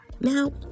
Now